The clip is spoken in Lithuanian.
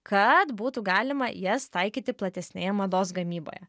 kad būtų galima jas taikyti platesnėje mados gamyboje